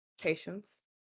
patience